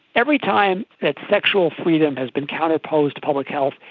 every time that sexual freedom has been counterpoised to public health,